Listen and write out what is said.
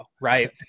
right